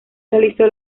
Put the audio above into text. realizó